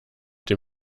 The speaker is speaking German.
dem